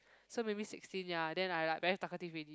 so maybe sixteen ya then I like very talkative already